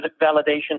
validation